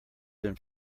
than